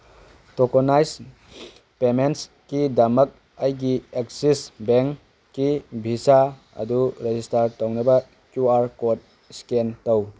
tokenize ꯄꯦꯃꯦꯟꯁꯒꯤꯗꯃꯛ ꯑꯩꯒꯤ Axis ꯕꯦꯡꯒꯤ ꯚꯤꯆꯥ ꯑꯗꯨ ꯔꯦꯖꯤꯁꯇꯥꯔ ꯇꯧꯅꯕ ꯀ꯭ꯋꯨ ꯑꯥꯔ ꯀꯣꯠ ꯏꯁꯀꯦꯟ ꯇꯧ